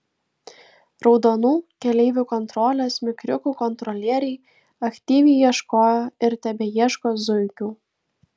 raudonų keleivių kontrolės mikriukų kontrolieriai aktyviai ieškojo ir tebeieško zuikių